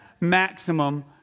maximum